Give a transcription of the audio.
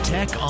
Tech